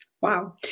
Wow